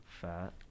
Fat